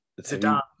Zidane